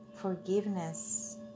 forgiveness